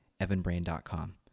evanbrand.com